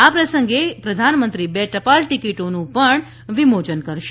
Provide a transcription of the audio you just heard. આ પ્રસંગે પ્રધાનમંત્રી બે ટપાલ ટિકિટોનું વિમોચન કરશે